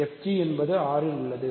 fg என்பது R இல் உள்ளது